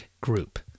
group